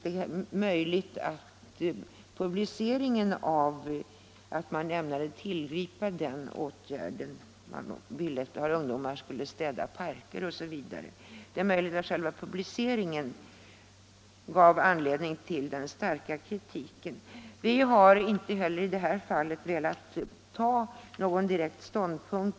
Det är möjligt att själva publiceringen av detta att man ville att ett par ungdomar skulle städa parker gav anledning till den starka kritiken. Utskottsmajoriteten har inte heller i det här fallet velat ta någon direkt ståndpunkt.